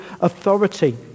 authority